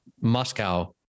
moscow